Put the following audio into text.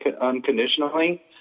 unconditionally